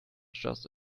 just